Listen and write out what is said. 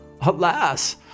Alas